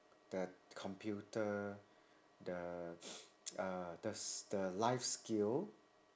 the computer the uh the s~ the life skill